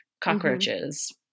cockroaches